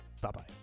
Bye-bye